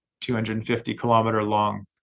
250-kilometer-long